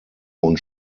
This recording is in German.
und